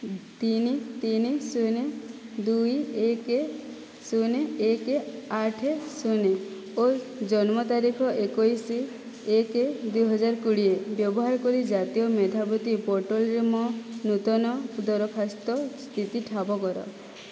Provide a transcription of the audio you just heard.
ତିନି ତିନି ଶୂନ ଦୁଇ ଏକ ଶୂନ ଏକ ଆଠ ଶୂନ ଓ ଜନ୍ମ ତାରିଖ ଏକୋଇଶି ଏକ ଦୁଇ ହଜାର କୋଡ଼ିଏ ବ୍ୟବହାର କରି ଜାତୀୟ ମେଧାବୃତ୍ତି ପୋର୍ଟାଲ୍ରେ ମୋ ନୂତନ ଦରଖାସ୍ତ ସ୍ଥିତି ଠାବ କର